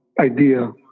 idea